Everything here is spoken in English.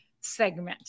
segment